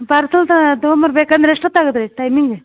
parcel ತಗೋಬರ್ಬೇಕಂದ್ರೆ ಎಷ್ಟೊತ್ತು ಆಗುತ್ತೆ ರೀ ಟೈಮಿಂಗೆ